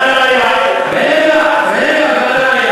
אתם שנים, רגע, רגע.